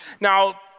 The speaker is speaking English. Now